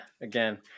Again